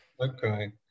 Okay